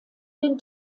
den